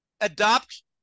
adopt